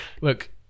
Look